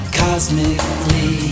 cosmically